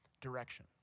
direction